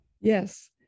Yes